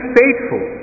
faithful